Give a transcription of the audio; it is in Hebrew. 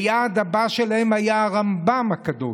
היעד הבא שלהם היה הרמב"ם הקדוש.